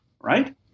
Right